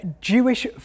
Jewish